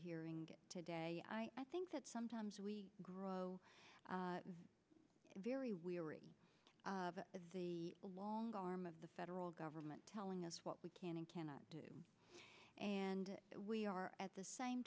hearing today i think that sometimes we very weary of the long arm of the federal government telling us what we can and cannot do and we are at the same